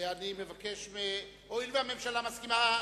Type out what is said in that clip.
הואיל והממשלה מסכימה,